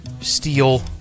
Steel